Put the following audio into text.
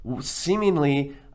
seemingly